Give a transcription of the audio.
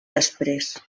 després